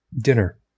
dinner